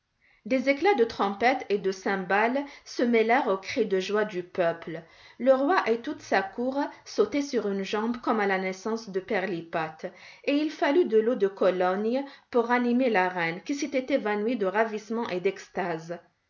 des éclats de trompettes et de cymbales se mêlèrent aux cris de joie du peuple le roi et toute sa cour sautaient sur une jambe comme à la naissance de pirlipat et il fallut de l'eau de cologne pour ranimer la reine qui s'était évanouie de ravissement et d'extase